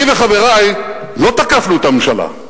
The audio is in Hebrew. אני וחברי לא תקפנו את הממשלה.